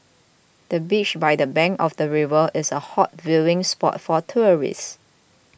the bench by the bank of the river is a hot viewing spot for tourists